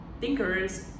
thinkers